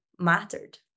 mattered